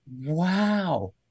Wow